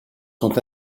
sont